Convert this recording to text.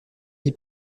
vie